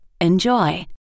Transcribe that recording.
Enjoy